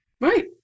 Right